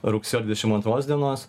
rugsėjo dvidešim antros dienos